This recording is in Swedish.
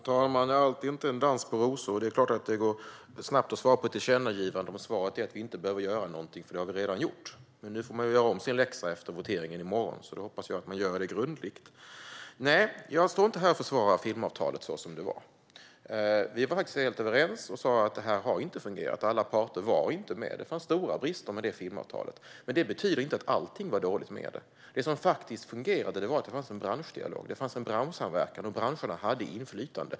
Herr talman! Allt är inte en dans på rosor. Det är klart att det går snabbt att svara på ett tillkännagivande om svaret är att man inte behöver göra någonting eftersom det redan är gjort. Nu får regeringen göra om sin läxa efter voteringen i morgon, och då hoppas jag att ni gör det grundligt. Jag står inte här och försvarar filmavtalet så som det var. Vi var helt överens och sa att det inte har fungerat. Alla parter var inte med, och det fanns stora brister med filmavtalet. Men det betyder inte att allting var dåligt med det. Det som fungerade var att det fanns en branschdialog och en branschsamverkan. Branscherna hade inflytande.